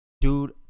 dude